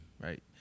right